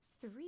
Three